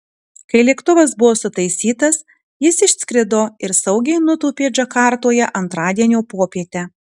kai lėktuvas buvo sutaisytas jis išskrido ir saugiai nutūpė džakartoje antradienio popietę